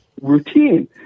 routine